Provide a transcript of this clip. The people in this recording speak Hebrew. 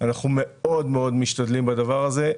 אנחנו מאוד מאוד משתדלים בדבר הזה.